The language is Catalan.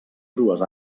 dues